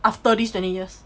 after this twenty years